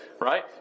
right